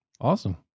Awesome